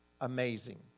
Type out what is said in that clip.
amazing